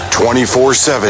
24-7